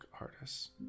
artists